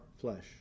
flesh